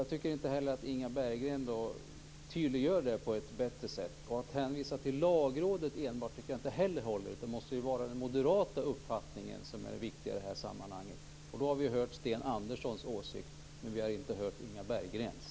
Jag tycker inte heller att Inga Berggren tydliggör detta på ett bättre sätt. Att hänvisa enbart till Lagrådet tycker jag inte heller håller. Det måste ju vara den moderata uppfattningen som är det viktiga i detta sammanhang. Och då har vi hört Sten Anderssons åsikt, men vi har inte hört Inga Berggrens.